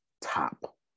top